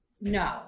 No